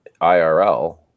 IRL